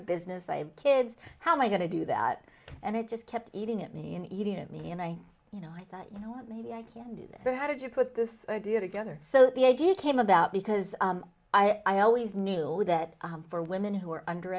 business i have kids how am i going to do that and it just kept eating at me and eating at me and i you know i thought you know what maybe i can do this but how did you put this idea together so the idea came about because i always knew that for women who are